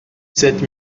sept